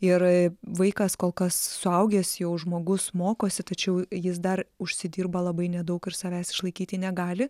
ir vaikas kol kas suaugęs jau žmogus mokosi tačiau jis dar užsidirba labai nedaug ir savęs išlaikyti negali